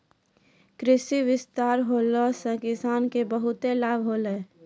कृषि विस्तार होला से किसान के बहुते लाभ होलै